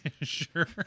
Sure